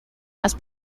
las